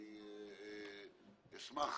אני אשמח,